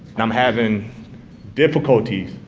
and i'm having difficulties